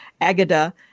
Agada